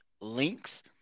links